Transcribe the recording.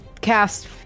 cast